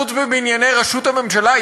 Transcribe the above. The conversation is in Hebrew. חוץ מבענייני ראשות הממשלה,